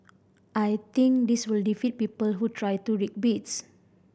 I think this will defeat people who try to rig bids